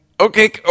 Okay